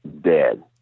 dead